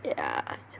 yeah